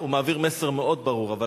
הוא מעביר מסר מאוד ברור, אבל